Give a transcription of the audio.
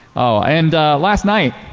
ah and last night,